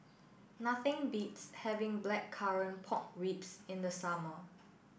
nothing beats having Blackcurrant Pork Ribs in the summer